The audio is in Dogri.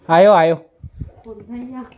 आएओ आएओ